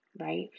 right